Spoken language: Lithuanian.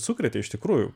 sukrėtė iš tikrųjų